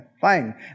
Fine